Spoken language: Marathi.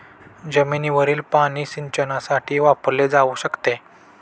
जमिनीवरील पाणी सिंचनासाठी वापरले जाऊ शकते